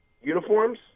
uniforms